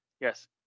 yes